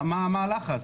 מה הלחץ?